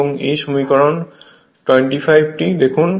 এবং এই সমীকরণ 25 টি দেখুন